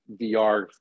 VR